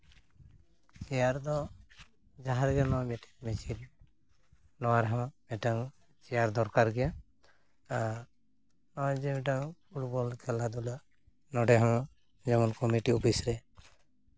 chair ᱫᱚ ᱡᱟᱦᱟᱸ ᱨᱮᱜᱮ ᱱᱚᱣᱟ ᱢᱤᱴᱤᱝ ᱢᱤᱪᱷᱤᱞ ᱱᱚᱣᱟ ᱨᱮᱦᱚᱸ ᱢᱤᱫᱴᱮᱱ ᱪᱮᱭᱟᱨ ᱫᱚᱨᱠᱟᱨ ᱜᱮᱭᱟ ᱟᱨ ᱱᱚᱜᱼᱚᱭ ᱡᱮ ᱢᱤᱫᱴᱟᱝ ᱯᱷᱩᱴᱵᱚᱞ ᱠᱷᱮᱞᱟ ᱫᱷᱩᱞᱟ ᱱᱚᱰᱮ ᱦᱚᱸ ᱡᱮᱢᱚᱱ ᱠᱚᱢᱤᱴᱤ ᱚᱯᱷᱤᱥ ᱨᱮ